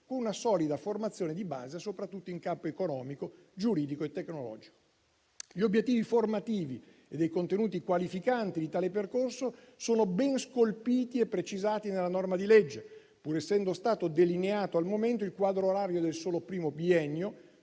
con una solida formazione di base, soprattutto in campo economico, giuridico e tecnologico. Gli obiettivi formativi e i contenuti qualificanti di tale percorso sono ben scolpiti e precisati nella norma di legge, pur essendo stato delineato al momento il quadro orario del solo primo biennio;